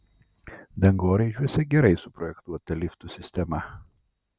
dangoraižiuose gerai suprojektuota liftų sistema